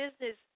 business